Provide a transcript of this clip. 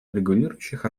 регулирующих